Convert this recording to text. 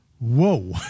Whoa